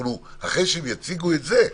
אחרי שהם יציגו את זה,